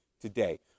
today